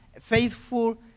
faithful